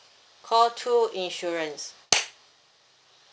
call two insurance